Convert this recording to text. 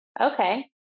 Okay